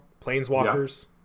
planeswalkers